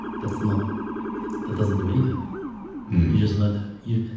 that's not that doesn't do anything you just learned you.